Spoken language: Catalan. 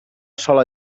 sola